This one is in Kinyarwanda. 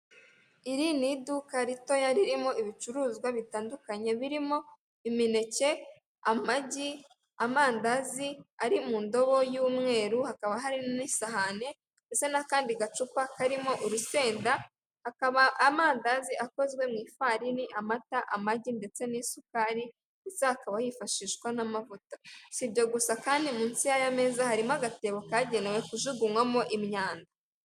Iri ni iduka ritoya riirimo ibicuruzwa bitandukanye, birimo imineke amagi, amandazi ari mu ndobo y'umweru, hakaba hari n'isahani, ndetse n'akandi gacupa karimo urusenda akaba amandazi akozwe mu ifarini amata amagi ndetse n'isukari, ndetse hakaba yifashishwa n'amavuta si ibyo gusa kandi, munsi y'ameza harimo agatebo kagenewe kujugunywamo imyanda.